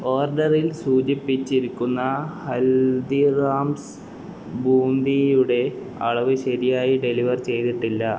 ഓർഡറിൽ സൂചിപ്പിച്ചിരിക്കുന്ന ഹൽദിറാംസ് ബൂന്തിയുടെ അളവ് ശരിയായി ഡെലിവർ ചെയ്തിട്ടില്ല